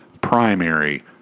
primary